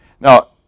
Now